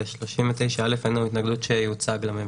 בסעיף 39(א) אין לנו התנגדות שזה יוצג לממשלה.